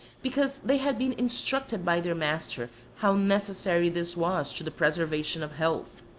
because they had been instructed by their master how necessary this was to the preservation of health.